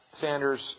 Sanders